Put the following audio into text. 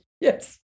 Yes